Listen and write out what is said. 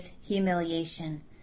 humiliation